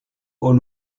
aux